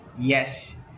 Yes